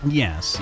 yes